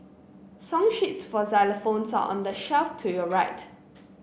song sheets for xylophones are on the shelf to your right